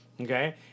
Okay